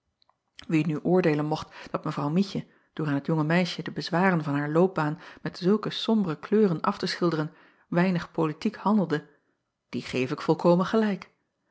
ie nu oordeelen mocht dat w ietje door aan het jonge meisje de bezwaren van haar loopbaan met zulke sombre kleuren af te schilderen weinig politiek handelde dien geef ik volkomen gelijk